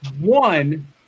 one